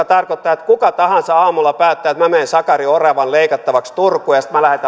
tarkoittaa että kuka tahansa aamulla päättää että minä menen sakari oravan leikattavaksi turkuun ja sitten minä